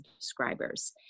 subscribers